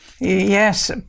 Yes